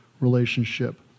relationship